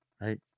right